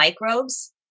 microbes